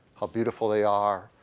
how beautiful they are,